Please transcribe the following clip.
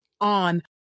on